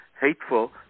hateful